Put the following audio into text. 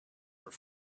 were